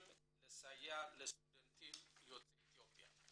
לסייע לסטודנטים יוצאי אתיופיה.